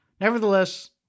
Nevertheless